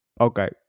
okay